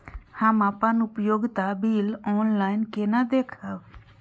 हम अपन उपयोगिता बिल ऑनलाइन केना देखब?